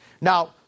Now